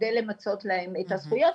על מנת למצות להם את הזכויות.